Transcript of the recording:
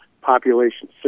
population